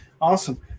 Awesome